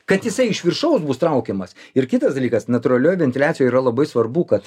kad jisai iš viršaus bus traukiamas ir kitas dalykas natūralioj ventiliacijoj yra labai svarbu kad